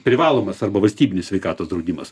privalomas arba valstybinis sveikatos draudimas